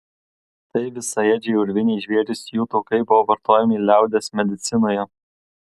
tai visaėdžiai urviniai žvėrys jų taukai buvo vartojami liaudies medicinoje